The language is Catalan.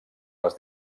les